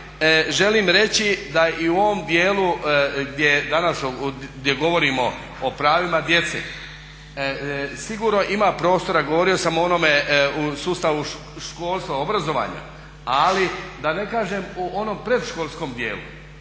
želim reći da i u ovom dijelu gdje govorimo o pravima djece, sigurno ima prostora. Govorio sam o onome sustavu školstva, obrazovanja. Ali da ne kažem o onom predškolskom dijelu